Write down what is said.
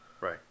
Right